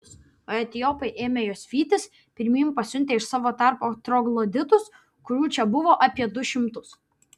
o etiopai ėmė juos vytis pirmyn pasiuntę iš savo tarpo trogloditus kurių čia buvo apie du šimtus